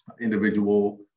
individual